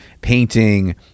painting